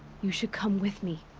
you should come with me.